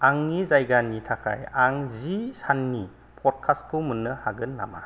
आंनि जायगानि थाखाय आं जि सान्नि प'डकास्टखौ मोन्नो हागोन नामा